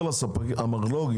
המרלו"ג,